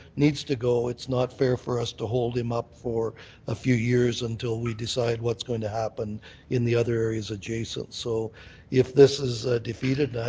needs to go, it's not fair for us to hold him up for a few years until we decide what's going to happen in the other areas adjacent. so if this is defeated,